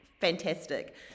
fantastic